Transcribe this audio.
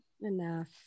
enough